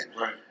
Right